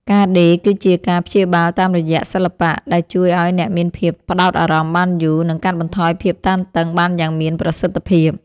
ការដេរគឺជាការព្យាបាលតាមរយៈសិល្បៈ ដែលជួយឱ្យអ្នកមានភាពផ្ដោតអារម្មណ៍បានយូរ និងកាត់បន្ថយភាពតានតឹងបានយ៉ាងមានប្រសិទ្ធភាព។